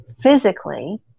physically